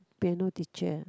piano teacher